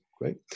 great